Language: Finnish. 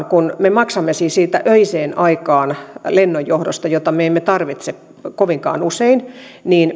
kun me siis maksamme maltaita siitä lennonjohdosta öiseen aikaan jota me emme tarvitse kovinkaan usein niin